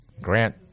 Grant